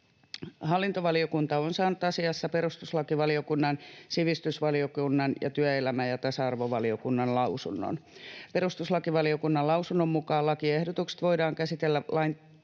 Hallintovaliokunta on saanut asiassa perustuslakivaliokunnan, sivistysvaliokunnan ja työelämä- ja tasa-arvovaliokunnan lausunnot. Perustuslakivaliokunnan lausunnon mukaan lakiehdotukset voidaan käsitellä